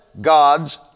God's